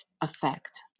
effect